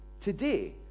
today